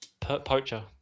Poacher